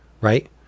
right